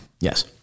Yes